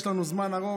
יש לנו זמן ארוך.